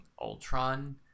Ultron